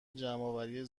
جمعآوری